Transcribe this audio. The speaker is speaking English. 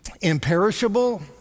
imperishable